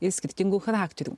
ir skirtingų charakterių